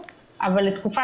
אלא להיפך